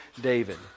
David